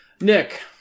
Nick